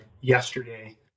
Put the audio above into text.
yesterday